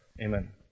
Amen